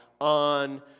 on